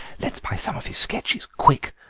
let's buy some of his sketches, quick,